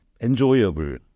enjoyable